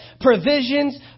provisions